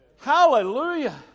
Hallelujah